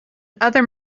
other